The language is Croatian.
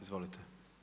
Izvolite.